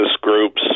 groups